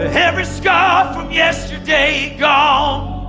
ah every scar from yesterday gone.